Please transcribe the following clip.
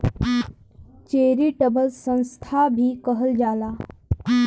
charitable संस्था भी कहल जाला